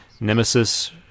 Nemesis